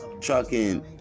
trucking